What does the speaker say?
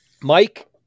Mike